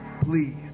please